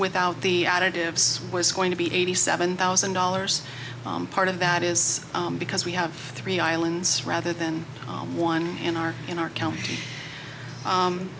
without the additives was going to be eighty seven thousand dollars part of that is because we have three islands rather than one in our in our county